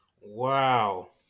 Wow